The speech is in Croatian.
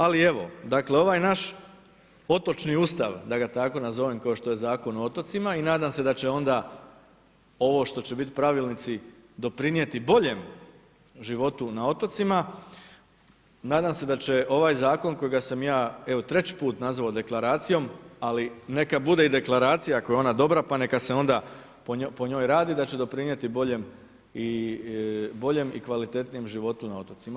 Ali evo ovaj naš otočni Ustav, da ga tako nazovem kao što je Zakon o otocima i nadam se da će onda ovo što će biti pravilnici doprinijeti boljem životu na otocima nadam se da će ovaj zakon kojega sam ja evo treći put nazvao deklaracijom, ali neka bude i deklaracija ako je ona dobra pa neka se onda po njoj radi, da će doprinijeti boljem i, boljem i kvalitetnijem životu na otocima.